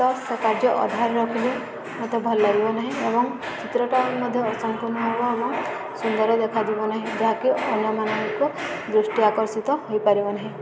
ତ ସେ କାର୍ଯ୍ୟ ଅଧାରେ ରଖିଲି ମତେ ଭଲ ଲାଗିବ ନାହିଁ ଏବଂ ଚିତ୍ରଟା ବି ମଧ୍ୟ ଅସମ୍ପୂର୍ଣ୍ଣ ହେବ ଏବଂ ସୁନ୍ଦର ଦେଖାଯିବ ନାହିଁ ଯାହାକି ଅନ୍ୟମାନଙ୍କୁ ଦୃଷ୍ଟି ଆକର୍ଷିତ ହୋଇପାରିବ ନାହିଁ